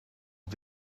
het